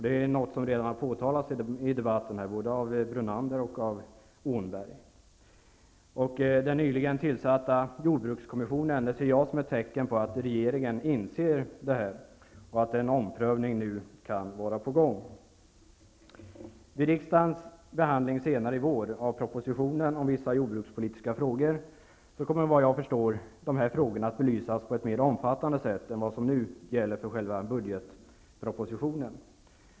Det är något som redan har påtalats i debatten både av Lennart Brunander och Annika Åhnberg. Jag ser den nyligen tillsatta jordbrukskommissionen som ett tecken på att regeringen inser detta och att en omprövning nu kan vara på gång. Vid riksdagens behandling av propositionen om vissa jordbrukspolitiska frågor senare i vår kommer, vad jag förstår, dessa frågor att belysas på ett mer omfattande sätt än vad som nu gäller för själva budgetpropositionen.